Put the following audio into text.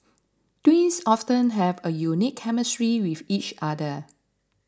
twins often have a unique chemistry with each other